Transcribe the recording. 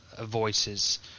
voices